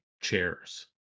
chairs